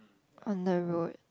on the road